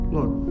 Look